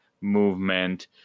movement